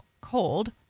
cold